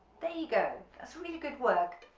there you go, that's really good work,